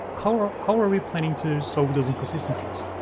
how are how are we planning to solve those inconsistencies?